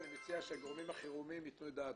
אני מציע שהגורמים החירומיים יתנו את דעתם.